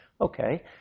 Okay